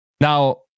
Now